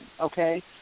okay